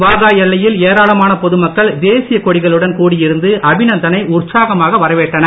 வாகா எல்லையில் ஏராளமான பொதுமக்கள் தேசிய கொடிகளுடன் கூடியிருந்து அபிநந்தனை உற்சாகமாக வரவேற்றனர்